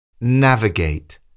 Navigate